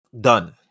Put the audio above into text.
done